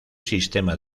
sistema